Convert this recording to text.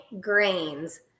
grains